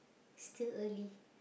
still early